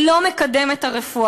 היא לא מקדמת את הרפואה,